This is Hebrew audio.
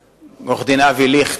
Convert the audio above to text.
עורך-דין אבי ליכט,